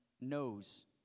knows